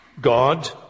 God